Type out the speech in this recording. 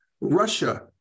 Russia